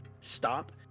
stop